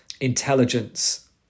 intelligence